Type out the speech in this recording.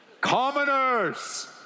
Commoners